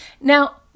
Now